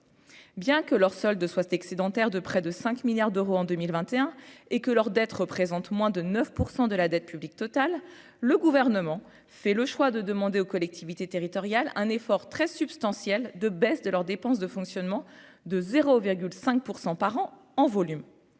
bien que leur solde soit excédentaire de près de 5 milliards d'euros en 2021 et que leur d'être présente moins de 9 pour 100 de la dette publique totale, le gouvernement fait le choix de demander aux collectivités territoriales, un effort très substantielle de baisse de leurs dépenses de fonctionnement de 0,5 pour 100 par an en volume